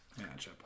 matchup